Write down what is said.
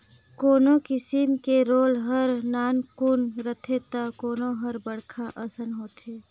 कोनो किसम के रोलर हर नानकुन रथे त कोनो हर बड़खा असन होथे